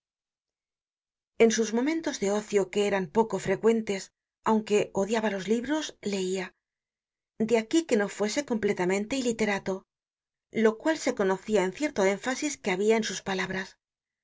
en sus momentos de ocio que eran poco frecuentes aunque odiaba los libros leia de aquí que no fuese completamente iliterato lo cual se conocia en cierto énfasis que habia en sus palabras no